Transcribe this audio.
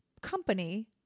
company